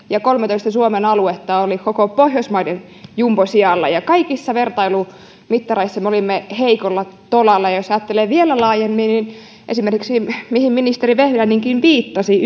ja kolmentoista suomen aluetta oli koko pohjoismaiden jumbosijoilla kaikissa vertailumittareissa me olimme heikolla tolalla jos ajattelee vielä laajemmin niin esimerkiksi ykn yhdyskuntarakenneohjelmissa mihin ministeri vehviläinenkin viittasi